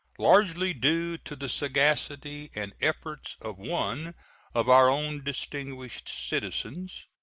largely due to the sagacity and efforts of one of our own distinguished citizens,